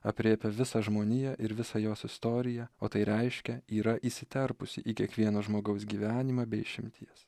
aprėpia visą žmoniją ir visą jos istoriją o tai reiškia yra įsiterpusi į kiekvieno žmogaus gyvenimą be išimties